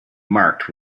marked